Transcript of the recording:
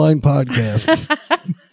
podcasts